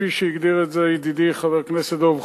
וכפי שהגדיר את זה ידידי חבר הכנסת דב חנין,